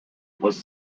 was